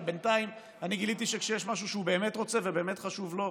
ובינתיים אני גיליתי שכשיש משהו שהוא באמת רוצה ובאמת חשוב לו,